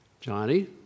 Johnny